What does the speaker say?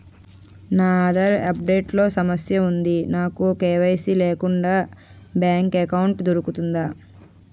నా Aadhaar update లో సమస్య వుంది నాకు కే.వై.సీ లేకుండా బ్యాంక్ ఎకౌంట్దొ రుకుతుందా?